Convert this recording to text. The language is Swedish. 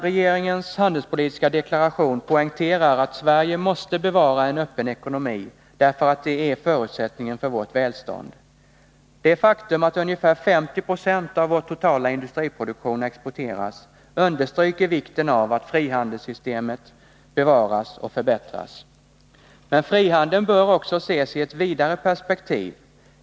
Regeringens handelspolitiska deklaration poängterar att Sverige måste bevara en öppen ekonomi, därför att det är förutsättningen för vårt välstånd. Det faktum att ungefär 50 90 av vår totala industriproduktion exporteras understryker vikten av att frihandelssystemet bevaras och förbättras. Men frihandeln bör också ses i ett vidare perspektiv.